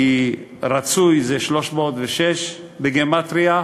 כי רצוי זה 306, בגימטריה,